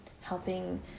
helping